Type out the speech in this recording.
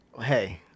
Hey